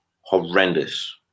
Horrendous